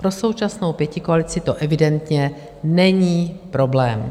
Pro současnou pětikoalici to evidentně není problém.